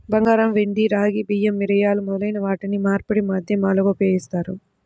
బంగారం, వెండి, రాగి, బియ్యం, మిరియాలు మొదలైన వాటిని మార్పిడి మాధ్యమాలుగా ఉపయోగిత్తారు